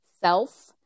self